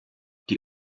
die